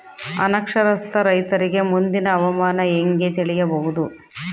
ಅನಕ್ಷರಸ್ಥ ರೈತರಿಗೆ ಮುಂದಿನ ಹವಾಮಾನ ಹೆಂಗೆ ತಿಳಿಯಬಹುದು?